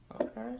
Okay